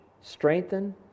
strengthen